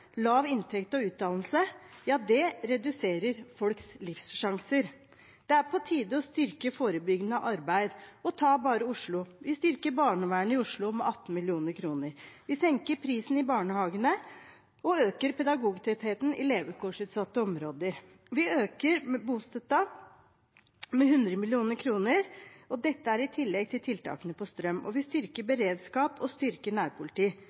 lav inntekt og utdannelse reduserer folks livssjanser. Det er på tide å styrke forebyggende arbeid – og ta bare Oslo: Vi styrker barnevernet med 18 mill. kr, vi senker prisen i barnehagene og øker pedagogtettheten i levekårsutsatte områder. Vi øker bostøtten med 100 mill. kr – og dette er i tillegg til tiltakene på strøm. Vi styrker beredskap og nærpolitiet – og vi styrker innsatsen mot gjengkriminalitet. Sammen med Senterpartiet og